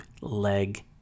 leg